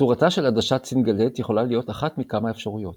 צורתה של עדשת סינגלט יכולה להיות אחת מכמה אפשרויות